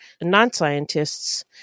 non-scientists